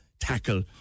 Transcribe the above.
tackle